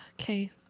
Okay